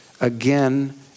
again